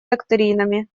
доктринами